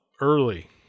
early